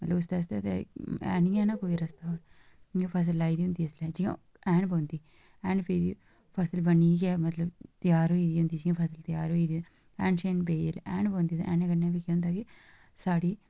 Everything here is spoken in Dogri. मतलब उस आस्तै ते है निं एह् रस्ता इ'यां फसल लाई दी होंदी जिसलै ऐह्न पौंदी फसल बड़ी गै मतलब फसल त्यार होई दी होंदी जि'यां फसल त्यार होंदी होंदी ऐह्न शैह्न पेई जा ऐह्न पौंदी तां ओह्दे कन्नै केह् होंदा कि साढ़ी